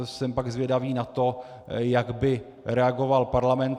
Jsem pak zvědavý na to, jak by reagoval Parlament.